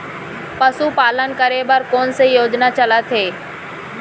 पशुपालन करे बर कोन से योजना चलत हे?